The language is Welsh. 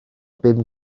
bum